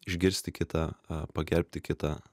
išgirsti kitą pagerbti kitą